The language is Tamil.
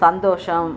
சந்தோஷம்